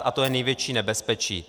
A to je největší nebezpečí.